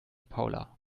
paula